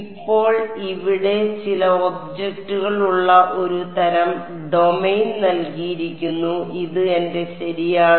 ഇപ്പോൾ ഇവിടെ ചില ഒബ്ജക്റ്റുകൾ ഉള്ള ഒരു തരം ഡൊമെയ്ൻ നൽകിയിരിക്കുന്നു ഇത് എന്റെ ശരിയാണ്